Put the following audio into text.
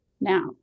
now